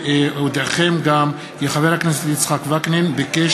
אודיעכם גם כי חבר הכנסת יצחק וקנין ביקש